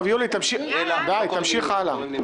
די, תמשיך הלאה.